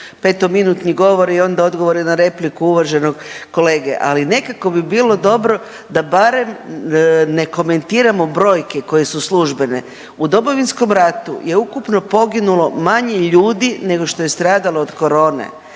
petominutni govor i onda odgovore na repliku uvaženog kolege, ali nekako bi bilo dobro da barem ne komentiramo brojke koje su službene. U Domovinskom ratu je ukupno poginulo manje ljudi nego što je stradalo od korone,